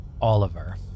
Oliver